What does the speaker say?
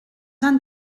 han